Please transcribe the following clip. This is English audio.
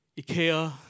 Ikea